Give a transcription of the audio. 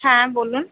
হ্যাঁ বলুন